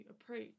approach